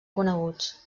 coneguts